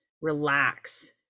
relax